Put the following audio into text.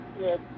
Yes